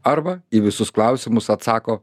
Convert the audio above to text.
arba į visus klausimus atsako